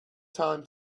time